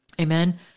Amen